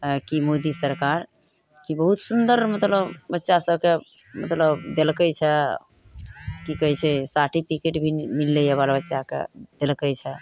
आँय की मोदी सरकार की बहुत सुन्दर मतलब बच्चा सबके मतलब देलकै छै की कहै छै साटीर्फिकेट भी मिललैया बाल बच्चाके देलकै छै